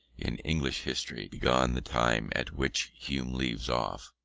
in english history, beyond the time at which hume leaves off,